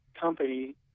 company –